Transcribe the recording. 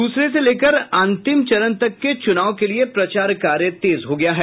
दूसरे से लेकर अंतिम चरण तक के चूनाव के लिये प्रचार कार्य तेज हो गया है